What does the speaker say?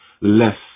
less